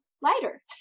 lighter